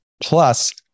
Plus